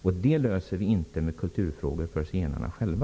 Det problemet löser vi inte med ett kulturcentrum för zigenarna.